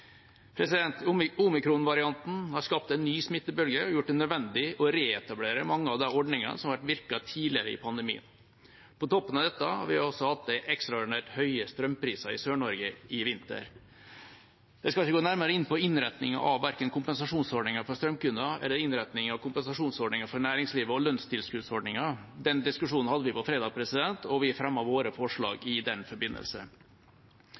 Omikronvarianten har skapt en ny smittebølge og gjort det nødvendig å reetablere mange av de ordningene som har virket tidligere i pandemien. På toppen av dette har vi altså hatt ekstraordinært høye strømpriser i Sør-Norge i vinter. Jeg skal ikke gå nærmere inn på innretningen av verken kompensasjonsordningen for strømkunder eller innretningen av kompensasjonsordningen for næringslivet og lønnstilskuddsordningen. Den diskusjonen hadde vi på fredag, og vi fremmet våre forslag i den forbindelse.